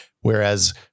Whereas